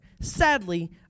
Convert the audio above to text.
Sadly